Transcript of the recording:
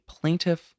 plaintiff